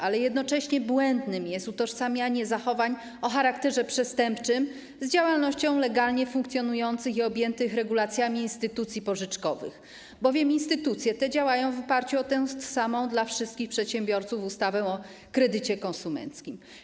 Ale jednocześnie błędnym jest utożsamianie zachowań o charakterze przestępczym z działalnością legalnie funkcjonujących i objętych regulacjami instytucji pożyczkowych, bowiem instytucje te działają w oparciu o tą samą dla wszystkich przedsiębiorców ustawę o kredycie konsumenckim.